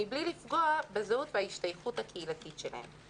מבלי לפגוע בזהות ובהשתייכות הקהילתית שלהם.